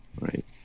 right